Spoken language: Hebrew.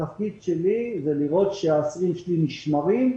תפקידי הוא לראות שהאסירים שלי נשמרים,